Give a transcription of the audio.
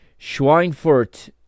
Schweinfurt